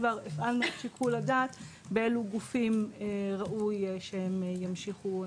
כבר הפעלנו את שיקול הדעת באילו גופים ראוי שהם ימשיכו,